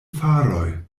faroj